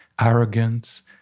arrogance